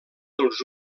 dels